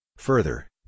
Further